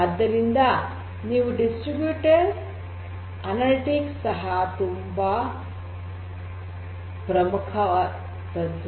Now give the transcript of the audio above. ಆದ್ದರಿಂದ distributed analytics ಸಹ ತುಂಬಾ ಮುಖಯವಾದದ್ದು